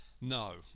No